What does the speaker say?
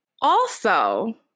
Also-